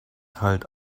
halt